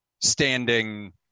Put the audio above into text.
standing